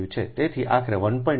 તેથી આખરે 1